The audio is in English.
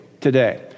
today